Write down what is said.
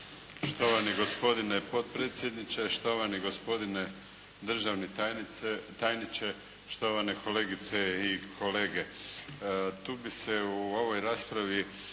Štovani gospodine potpredsjedniče, štovani gospodine državni tajniče, štovane kolegice i kolege. Tu bih se u ovoj raspravi